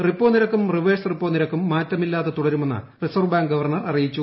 repo നിരക്കും reverse repo നിരക്കും മാറ്റമില്ലാതെ തുടരുമെന്ന് റിസർവ് ബാങ്ക് ഗവർണർ അറിയിച്ചു